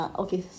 okay